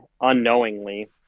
unknowingly